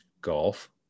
golf